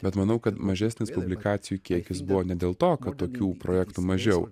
bet manau kad mažesnis publikacijų kiekis buvo ne dėl to kad tokių projektų mažiau